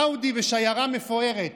אאודי ושיירה מפוארת,